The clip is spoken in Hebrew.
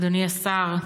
אדוני השר,